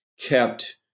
kept